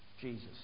Jesus